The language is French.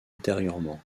ultérieurement